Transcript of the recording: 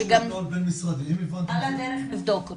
על הדרך נבדוק אותו.